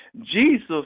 Jesus